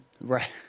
right